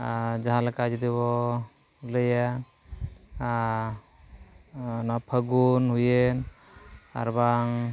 ᱟᱨ ᱡᱟᱦᱟᱸᱞᱮᱠᱟ ᱡᱩᱫᱤᱵᱚᱱ ᱞᱟᱹᱭᱟ ᱟᱨ ᱚᱱᱟ ᱯᱷᱟᱹᱜᱩᱱ ᱦᱩᱭᱮᱱ ᱟᱨ ᱵᱟᱝ